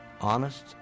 honest